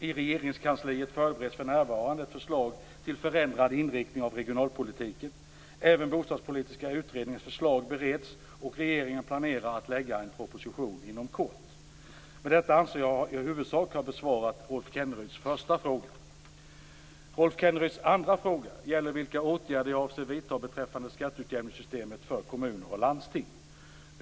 I Regeringskansliet förbereds för närvarande ett förslag till förändrad inriktning av regionalpolitiken. Även Bostadspolitiska utredningens förslag bereds, och regeringen planerar att lägga fram en proposition inom kort. Med detta anser jag mig i huvudsak ha besvarat Rolf Kenneryds första fråga. Rolf Kenneryds andra fråga gäller vilka åtgärder jag avser att vidta beträffande skatteutjämningssystemet för kommuner och landsting.